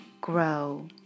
grow